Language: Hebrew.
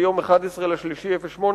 ביום 11 במרס 2008,